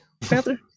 Panther